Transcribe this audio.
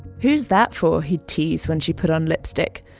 who's that for, he'd tease when she'd put on lipstick.